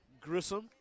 grissom